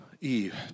Eve